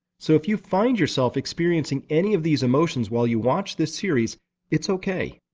so if you find yourself experiencing any of these emotions while you watch this series it's ok,